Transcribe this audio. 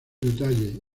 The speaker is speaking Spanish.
detalle